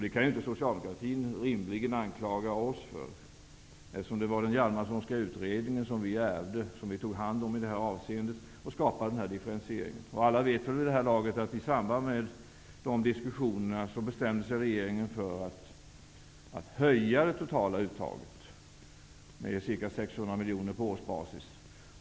Det kan Socialdemokraterna inte rimligen anklaga oss för, eftersom vi ärvde den Hjalmarsonska utredningen och skapade den här differentieringen. Alla vet väl vid det här laget att i samband med de diskussionerna bestämde sig regeringen för att höja det totala uttaget med ca 600 miljoner på årsbasis.